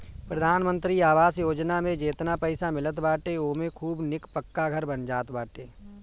प्रधानमंत्री आवास योजना में जेतना पईसा मिलत बाटे ओमे खूब निक पक्का घर बन जात बाटे